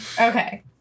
Okay